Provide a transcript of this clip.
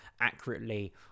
accurately